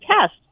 test